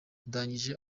ndangije